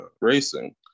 racing